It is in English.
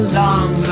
long